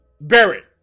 Barrett